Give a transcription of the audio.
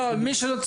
לא מי שצעק,